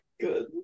good